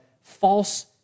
false